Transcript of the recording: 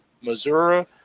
Missouri